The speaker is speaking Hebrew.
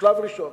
כשלב ראשון.